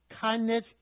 kindness